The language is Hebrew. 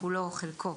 כולו או חלקו,